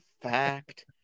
fact